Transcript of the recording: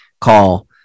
call